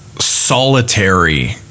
solitary